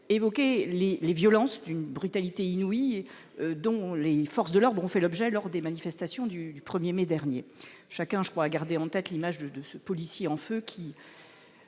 évoquer les les violences d'une brutalité inouïe et dont les forces de l'ordre ont fait l'objet lors des manifestations du 1er mai dernier chacun je crois à garder en tête l'image de de ce policier en feu qui.